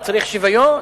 צריך שוויון,